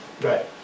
right